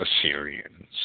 Assyrians